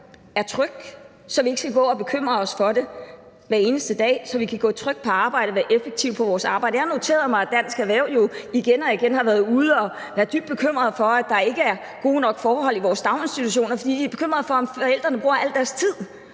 er tryg, så vi ikke skal gå og bekymre os over det hver eneste dag, så vi kan gå trygt på arbejde og være effektive på vores arbejde. Jeg noterede mig, at Dansk Erhverv jo igen og igen har været ude og været dybt bekymret for, at der ikke er gode nok forhold i vores daginstitutioner, for de er bekymret for, om forældrene bruger al deres tid